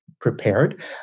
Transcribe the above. prepared